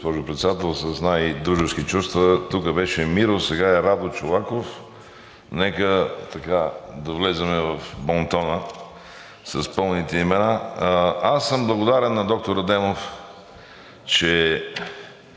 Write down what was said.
Председател. С най-дружески чувства – тука беше Миро, сега е Радо Чолаков, нека да влезем в бон тона с пълните имена. Аз съм благодарен на доктор Адемов, че